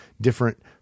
different